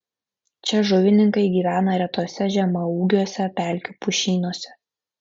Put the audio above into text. čia žuvininkai gyvena retuose žemaūgiuose pelkių pušynuose